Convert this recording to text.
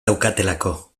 daukatelako